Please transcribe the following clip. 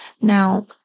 Now